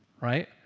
right